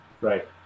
right